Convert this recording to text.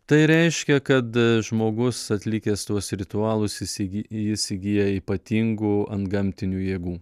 tai reiškia kad žmogus atlikęs tuos ritualus jis įgy jis įgyja ypatingų antgamtinių jėgų